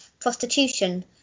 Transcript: prostitution